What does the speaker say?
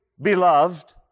beloved